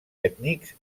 ètnics